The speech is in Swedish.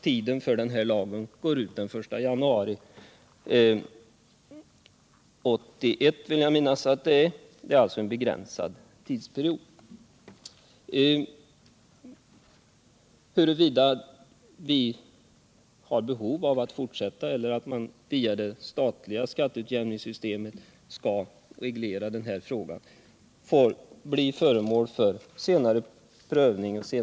Tiden för den här lagen går ut 1981. Det är alltså en begränsad tidsperiod. Huruvida man via det statliga skattesystemet skall reglera den här frågan får bli föremål för senare bedömning.